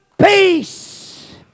peace